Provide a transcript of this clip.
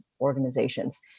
organizations